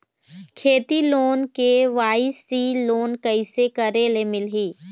खेती loan KYC loan कइसे करे ले मिलही?